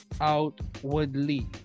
outwardly